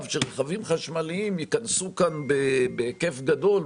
שרכבים חשמליים ייכנסו כאן בהיקף גדול,